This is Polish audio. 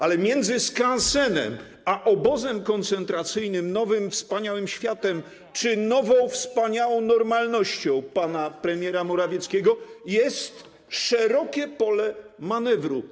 Ale między skansenem a obozem koncentracyjnym, nowym, wspaniałym światem czy nową, wspaniałą normalnością pana premiera Morawieckiego jest szerokie pole manewru.